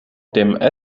dem